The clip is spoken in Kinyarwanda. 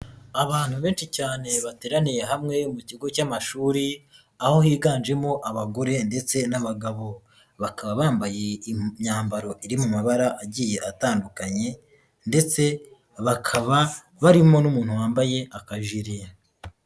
Abantu benshi cyane bateraniye hamwe mu kigo cy'amashuri, aho higanjemo abagore ndetse n'abagabo, bakaba bambaye imyambaro iri mu mabara agiye atandukanye, ndetse bakaba barimo n'umuntu wambaye akajire.